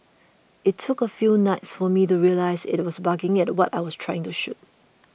it took a few nights for me to realise it was barking at what I was trying to shoot